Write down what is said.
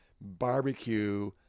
barbecue